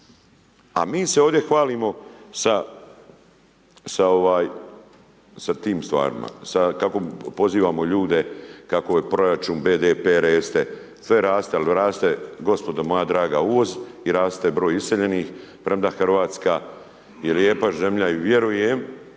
A mi se ovdje hvalimo sa tim stvarima. Sa, kako pozivamo ljude, kako je proračun, BDP, …/Govornik se ne razumije./… sve raste, ali raste, gospodo moja draga uvoz i raste broj iseljenih, premda Hrvatska je lijepa zemlja i vjerujem